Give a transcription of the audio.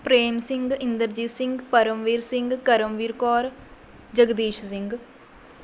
Prem Singh Inderjit Singh Paramvir Singh Karamvir Kaur Jagdish Singh